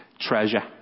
treasure